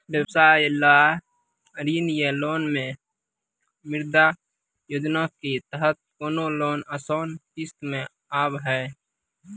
व्यवसाय ला ऋण या लोन मे मुद्रा योजना के तहत कोनो लोन आसान किस्त मे हाव हाय?